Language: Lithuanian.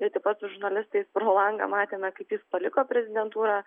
ir taip pat su žurnalistais pro langą matėme kaip jis paliko prezidentūrą